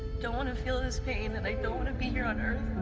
don't want to feel this pain and i don't want to be here on earth.